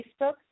facebook